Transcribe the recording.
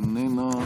איננה,